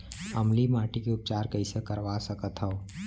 अम्लीय माटी के उपचार कइसे करवा सकत हव?